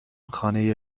خانه